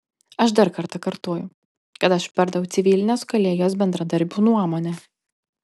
aš dar kartą kartoju kad aš perdaviau civilinės kolegijos bendradarbių nuomonę